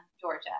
Georgia